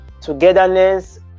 togetherness